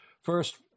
first